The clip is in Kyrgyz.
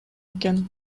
экен